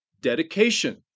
dedication